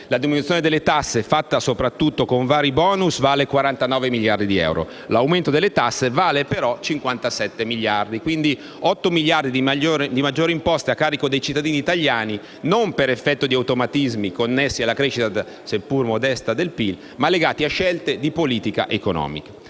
La diminuzione delle tasse, fatta soprattutto con i vari *bonus,* vale 49 miliardi di euro, mentre l'aumento delle tasse vale 57 miliardi di euro. Quindi, vi sono 8 miliardi di maggiori imposte a carico dei cittadini italiani, e non per effetto di automatismi connessi alla crescita, seppur modesta, del PIL, ma legati a scelte di politica economica.